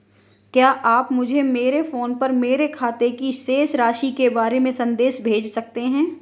क्या आप मुझे मेरे फ़ोन पर मेरे खाते की शेष राशि के बारे में संदेश भेज सकते हैं?